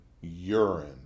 urine